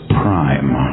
prime